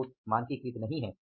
वे बहुत मानकीकृत नहीं हैं